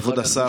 כבוד השר,